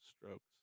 Stroke's